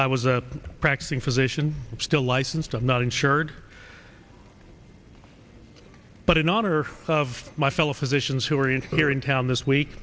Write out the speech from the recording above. i was a practicing physician still licensed i'm not insured but in honor of my fellow physicians who are in here in town this week